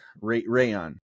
rayon